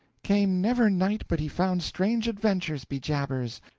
came never knight but he found strange adventures, be jabers.